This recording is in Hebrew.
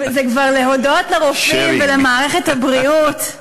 זה להודות לרופאים ולמערכת הבריאות.